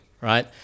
right